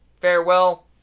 Farewell